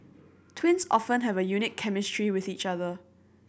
twins often have a unique chemistry with each other